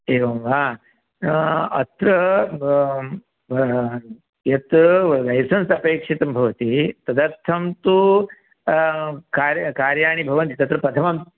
एवं वा अत्र यत् लैसेन्स् अपेक्षितं भवति तदर्थं तु कार्याणि भवन्ति तत्र प्रथमं